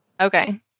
Okay